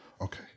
Okay